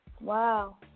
wow